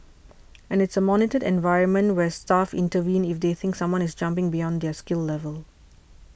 and it's a monitored environment where staff intervene if they think someone is jumping beyond their skill level